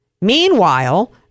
meanwhile